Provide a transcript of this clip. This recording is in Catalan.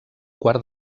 quart